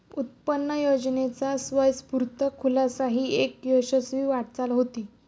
उत्पन्न योजनेचा स्वयंस्फूर्त खुलासा ही एक यशस्वी वाटचाल होती